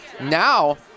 Now